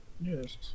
Yes